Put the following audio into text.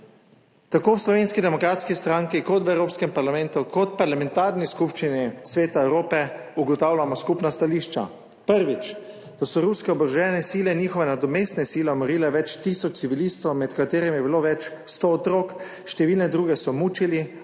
Tako v Slovenski demokratski stranki kot v Evropskem parlamentu kot parlamentarni skupščini Sveta Evrope ugotavljamo skupna stališča. Prvič, da so ruske oborožene sile, njihove nadomestne sile, umorile več tisoč civilistov, med katerimi je bilo več sto otrok. Številne druge so mučili,